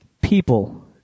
people